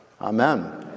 Amen